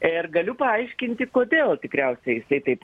ir galiu paaiškinti kodėl tikriausiai jisai taip